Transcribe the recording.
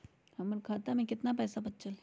हमर खाता में केतना पैसा बचल हई?